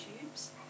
tubes